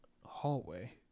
hallway